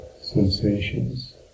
sensations